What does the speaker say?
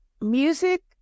music